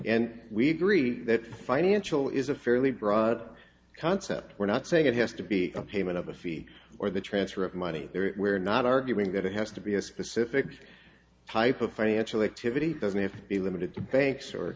and we agree that financial is a fairly broad concept we're not saying it has to be the payment of a fee or the transfer of money we're not arguing that it has to be a specific type of financial activity doesn't have to be limited to banks or